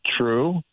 true